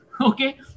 Okay